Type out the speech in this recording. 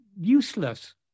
useless